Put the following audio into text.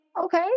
okay